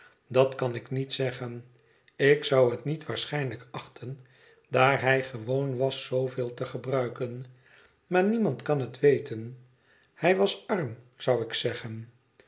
dat kan ik niet zeggen ik zou het niet waarschijnlijk achten daar hij gewoon was zooveel te gebruiken maar niemand kan het weten hij was arm zou ik zeggen